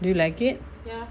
do you like it